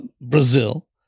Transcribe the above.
Brazil